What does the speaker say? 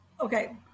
okay